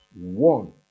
one